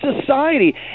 society